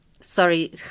sorry